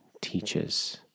teaches